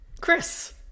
Chris